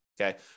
okay